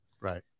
Right